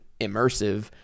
immersive